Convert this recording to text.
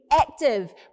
active